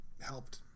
helped